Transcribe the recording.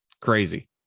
Crazy